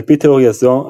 על פי תאוריה זו,